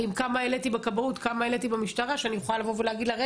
כמה העליתי בכבאות וכמה העליתי במשטרה שאני יכולה לדרוש